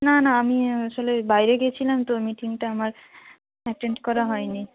না না আমি আসলে বাইরে গেছিলাম তো মিটিংটা আমার অ্যাটেন্ড করা হয় নি